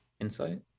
insight